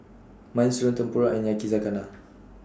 Minestrone Tempura and Yakizakana